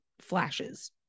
flashes